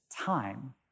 time